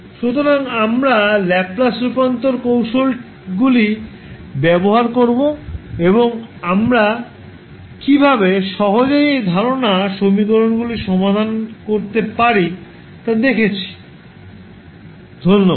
সুতরাং আমরা ল্যাপ্লাস রূপান্তর কৌশলগুলি ব্যবহার করব এবং আমরা কীভাবে সহজেই এই ধরণের সমীকরণগুলি সমাধান করতে পারি তা দেখেছি ধন্যবাদ